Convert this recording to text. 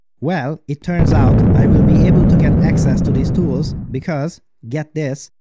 well, it turns out, i will be able to get access to these tools, because, get this,